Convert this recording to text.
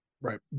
Right